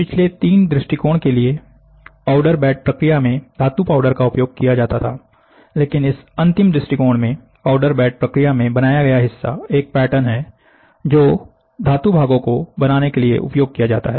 पिछले 3 दृष्टिकोणों के लिए पाउडर बेड प्रक्रिया में धातु पाउडर का उपयोग किया जाता था लेकिन इस अंतिम दृष्टिकोण में पाउडर बेड प्रक्रिया में बनाया गया हिस्सा एक पैटर्न है जो धातु भागों को बनाने के लिए उपयोग किया जाता है